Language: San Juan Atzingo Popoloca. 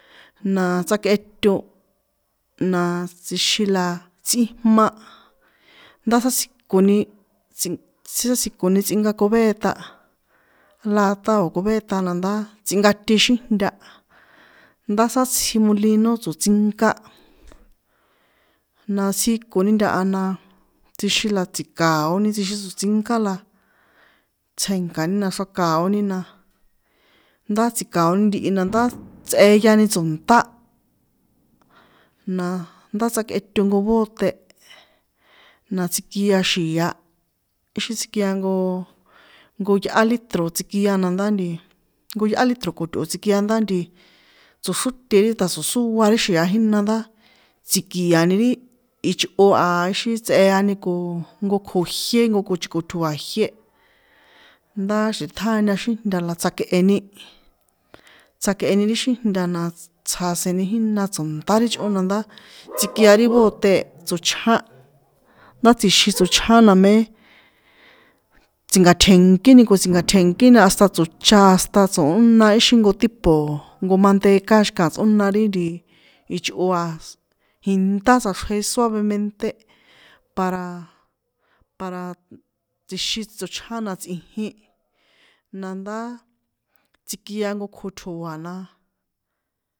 Na tsakꞌeto, na tsjixin a tsꞌijma, ndá sátsjiko ni nts sátsjikoni tsinka cubeta, lata o̱ cubeta landá tsꞌinkate xíjnta ndá satsji molino tso̱tsinká, na tsjikoni ntaha na tsjixin la tsika̱oni tsixin tso̱tsinkala tsje̱nkani na xraka̱oni na ndá tsji̱ka̱oni ntihi na ndá tsꞌeyani tso̱nṭá, na ndá tsjakꞌeto nko bóté, na tsikia xi̱a, íxin tsikia nko yꞌá litro tsikia nanda nti nko yꞌá litro tsikia nandá nti tsoxróte ta̱ tso̱xóa ri xi̱a jína ndá tsi̱ki̱ani ri ichꞌo a íxi tsꞌeani ko nko kjo jié, nko kochiko tjo̱a̱ jié, ndá, xi tꞌiṭjaña xíjnta la tsjakꞌeni, tsjakꞌeni ri xíjnṭa na tsaseni jína tso̱nṭá ri chꞌo nandá tsikia ri bote tsochján, ndá tsjixin tsochján namé, tsi̱nka̱tje̱nkí ko tsi̱nka̱tje̱nkíni hasta tso̱cha hasta tsꞌóna íxin nko tipo nko manteca xika tsꞌóna ri ichꞌo, jintá tsꞌaxrje suávementé para, para tsjixin tsochján na tsꞌijin, nandá tsikia nko kjo tjoa na.